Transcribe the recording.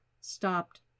stopped